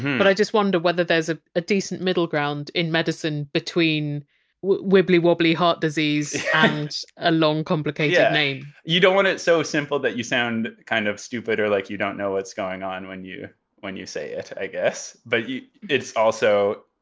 but i just wonder whether there's ah a decent middle ground in medicine between wibbly wobbly heart disease and a long complicated name you don't want it so simple that you sound kind of stupid or like you don't know what's going on when you when you say it, i guess but also,